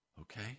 Okay